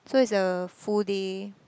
so is a full day